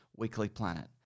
weeklyplanet